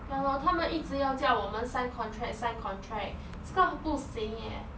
ya lor 他们一直要叫我们 sign contract sign contract 这个不行 eh